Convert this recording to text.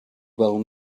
will